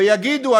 ויגידו,